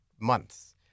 months